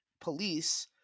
police